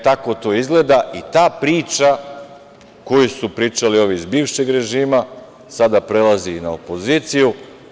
Tako to izgleda i ta priča koju su pričali ovi iz bivšeg režima sada prelaze na opozciju.